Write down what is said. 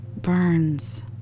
Burns